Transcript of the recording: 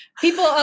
People